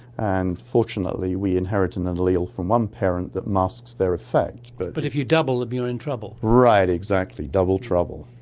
and fortunately we inherit an and allele from one parent that masks their effect but. but if you double them you're in trouble. right, exactly, double trouble,